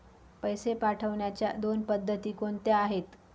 पैसे पाठवण्याच्या दोन पद्धती कोणत्या आहेत?